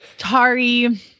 Tari